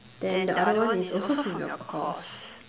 then the other one is also from your course